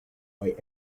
why